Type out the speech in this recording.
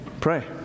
pray